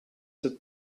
sit